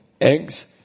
Eggs